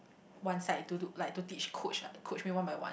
one side to do like to teach coach like coach me one by one